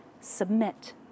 submit